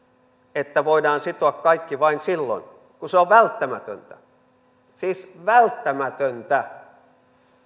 että voidaan sitoa kaikki vain silloin kun se on välttämätöntä siis välttämätöntä